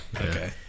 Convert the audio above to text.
Okay